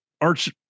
arch